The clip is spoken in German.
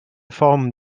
form